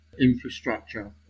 infrastructure